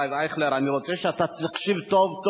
הרב אייכלר, אני רוצה שאתה תקשיב טוב.